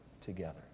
together